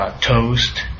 toast